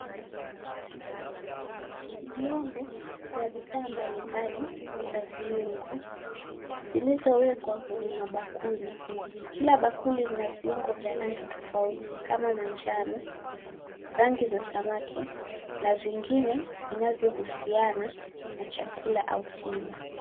Viombo vya bidhaa mbalimbali za viungo zilizowekwa kwenye mabakuli, kila bakuli lina viungo vya rangi tofauti kama manjano, rangi za samaki na vingine vinavyohusiana na chakula au tiba.